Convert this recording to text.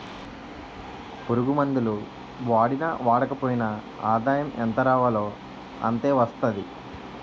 పురుగుమందులు వాడినా వాడకపోయినా ఆదాయం ఎంతరావాలో అంతే వస్తాది